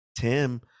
Tim